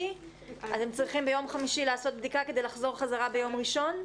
אז הם צריכים ביום חמישי לעשות בדיקה כדי לחזור חזרה ביום ראשון?